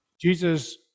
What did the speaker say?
Jesus